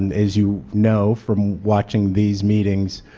and as you know from watching these meetings,